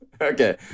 Okay